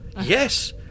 Yes